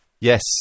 Yes